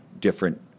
different